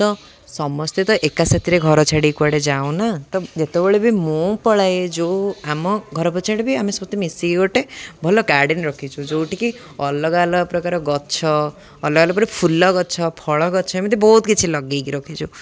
ତ ସମସ୍ତେ ତ ଏକା ସାଥିରେ ଘର ଛାଡ଼ି କୁଆଡ଼େ ଯାଉନା ତ ଯେତେବେଳେ ବି ମୁଁ ପଳାଏ ଯେଉଁ ଆମ ଘର ଛାଡ଼ି ବି ଆମେ ସତେ ମିଶିକି ଗୋଟେ ଭଲ ଗାର୍ଡ଼େନ ରଖିଛୁ ଯେଉଁଠିକି ଅଲଗା ଅଲଗା ପ୍ରକାର ଗଛ ଅଲଗା ଅଲଗା ପ୍ରକାର ଫୁଲ ଗଛ ଫଳ ଗଛ ଏମିତି ବହୁତ କିଛି ଲଗାଇକି ରଖିଛୁ